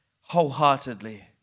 wholeheartedly